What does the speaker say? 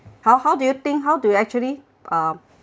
how how do you think how do you actually uh